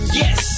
yes